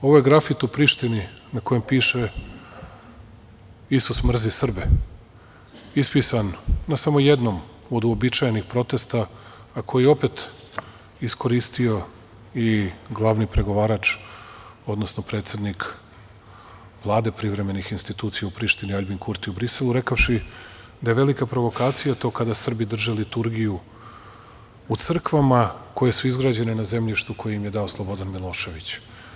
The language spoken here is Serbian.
Ovo je grafit u Prištini na kojem piše – Isus mrzi Srbe, ispisan na samo jednom od uobičajenih protesta, a koji je opet iskoristio i glavni pregovarač, odnosno predsednik Vlade privremenih institucija u Prištini Aljbin Kurtiju u Briselu, rekavši da je velika provokacija to kada Srbi drže liturgiju u crkvama koje su izgrađene na zemljištu koje im je dao Slobodan Milošević.